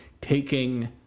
taking